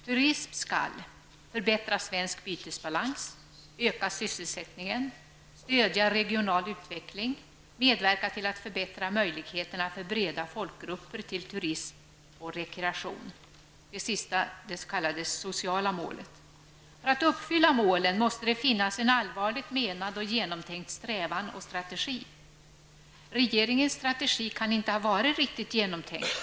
Turismen skall: -- förbättra svensk bytesbalans, -- öka sysselsättningen, -- stödja regional utveckling, -- medverka till att förbättra möjligheterna för breda folkgrupper till turism och rekreation -- det s.k. sociala målet. För att målen skall kunna uppfyllas måste det finnas en allvarligt menad och genomtänkt strävan och strategi. Regeringens strategi kan inte ha varit riktigt genomtänkt.